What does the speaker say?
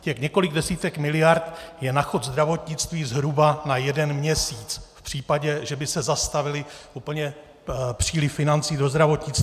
Těch několik desítek miliard je na chod zdravotnictví zhruba na jeden měsíc v případě, že by se úplně zastavil příliv financí do zdravotnictví.